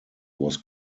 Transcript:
was